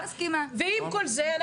עם כל זה,